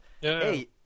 hey